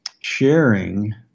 sharing